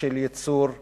של ייצור וצמיחה.